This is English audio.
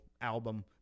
album